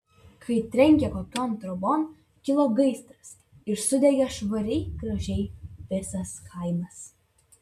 kai trenkė kokion trobon kilo gaisras ir sudegė švariai gražiai visas kaimas